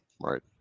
right